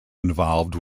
involved